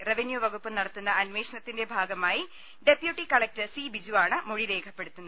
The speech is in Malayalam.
റവന്യൂ വകുപ്പ് നടത്തുന്ന അന്വേഷണത്തിന്റെ ഭാഗ മായി ഡെപ്യൂട്ടി കലക്ടർ സി ബിജുവാണ് മൊഴി രേഖപ്പെ ടുത്തിയത്